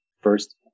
first